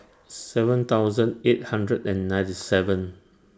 seven thousand eight hundred and ninety seventh